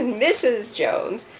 and mrs. jones,